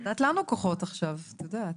את נתת לנו כוחות עכשיו, את יודעת?